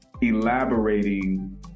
elaborating